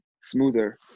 smoother